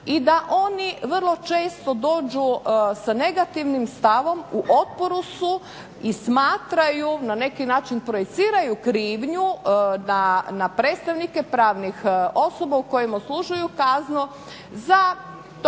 i da oni vrlo često dođu sa negativnim stavom u … i smatraju, na neki način projiciraju krivnju da na predstavnike pravnih osoba u kojima odslužuju kaznu za to svoje